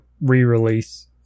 re-release